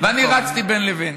ואני רצתי בין לבין.